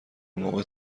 موقع